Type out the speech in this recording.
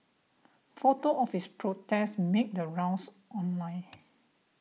photos of his protest made the rounds online